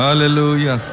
Hallelujah